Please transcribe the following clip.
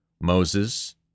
Moses